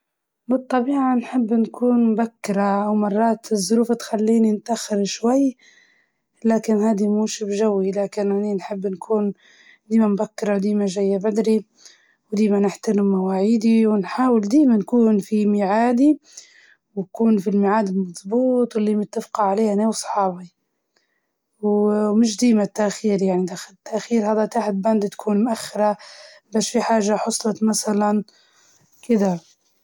ديما نحب نوصل بدري، بس مرات الظروف تحكمK ونتأخر شوي يعني مو مش ديما هيك نكون ملتزمة.